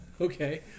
Okay